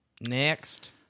next